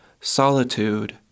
solitude